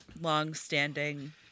long-standing